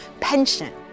pension